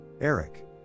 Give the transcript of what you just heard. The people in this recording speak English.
Eric